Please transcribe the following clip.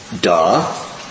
Duh